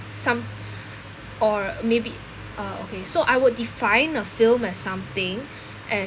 some or maybe uh okay so I would define a film as something as